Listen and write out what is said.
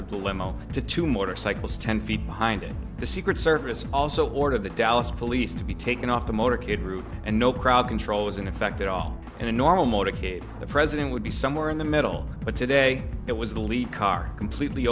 of the limo to two motorcycles ten feet behind the secret service also ordered the dallas police to be taken off the motorcade route and no crowd control was in effect at all in a normal motorcade the president would be somewhere in the middle but today it was the lead car completely